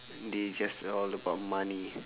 they just all about money